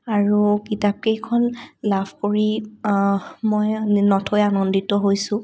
আৰু কিতাপকেইখন লাভ কৰি মই নথৈ আনন্দিত হৈছোঁ